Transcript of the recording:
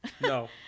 No